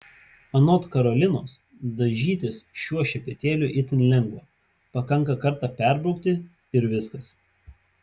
anot karolinos dažytis šiuo šepetėliu itin lengva pakanka kartą perbraukti ir viskas